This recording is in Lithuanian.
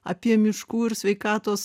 apie miškų ir sveikatos